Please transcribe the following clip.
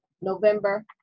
November